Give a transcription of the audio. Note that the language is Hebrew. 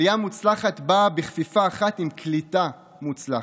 עלייה מוצלחת דרה בכפיפה אחת עם קליטה מוצלחת.